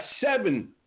seven